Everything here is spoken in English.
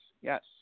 yes